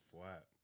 flat